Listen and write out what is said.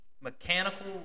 mechanical